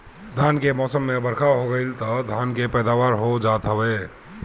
धान के मौसम में बरखा हो गईल तअ धान के पैदावार हो जात हवे